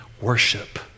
worship